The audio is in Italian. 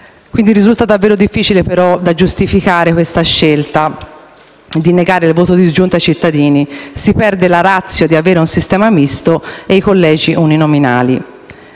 fiducia. Risulta davvero difficile da giustificare la scelta di negare il voto disgiunto ai cittadini: si perde la *ratio* di avere un sistema misto e i collegi uninominali,